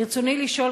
ברצוני לשאול,